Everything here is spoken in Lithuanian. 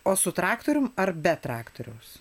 o su traktoriumi ar be traktoriaus